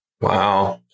Wow